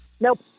Nope